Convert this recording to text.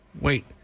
Wait